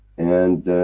and